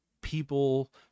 people